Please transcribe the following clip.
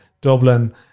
Dublin